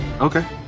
Okay